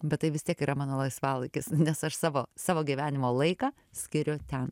bet tai vis tiek yra mano laisvalaikis nes aš savo savo gyvenimo laiką skiriu ten